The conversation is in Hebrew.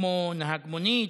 כמו נהג מונית,